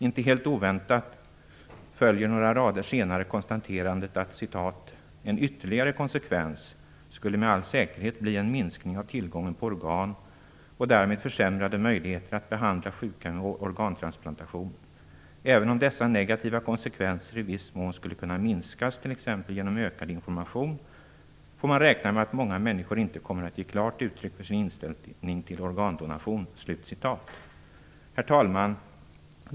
Inte helt oväntat följer några rader därefter konstaterandet: "En ytterligare konsekvens skulle med all säkerhet bli en minskning av tillgången på organ och därmed försämrade möjligheter att behandla sjuka med organtransplantation. Även om dessa negativa konsekvenser i viss mån skulle kunna minskas t.ex. genom ökad information får man räkna med att många människor inte kommer att ge klart uttryck för sin inställning till organdonation." Herr talman!